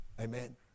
Amen